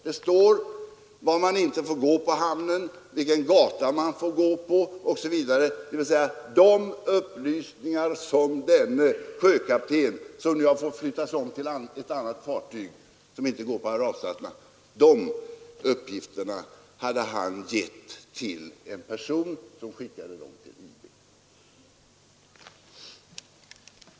Det står där var man inte får vistas i hamnen, vilken gata man får gå på osv. Den sjökapten vilken nu har fått flyttas om till ett annat fartyg som inte går till Arabstaterna lämnade alltså dessa uppgifter till en person som skickade dem till IB.